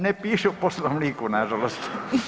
Ne piše u Poslovniku na žalost.